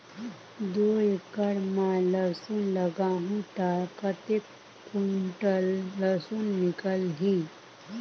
दो एकड़ मां लसुन लगाहूं ता कतेक कुंटल लसुन निकल ही?